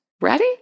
ready